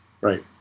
Right